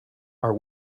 are